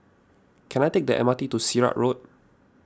can I take the M R T to Sirat Road